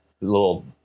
little